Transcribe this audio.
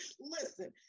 listen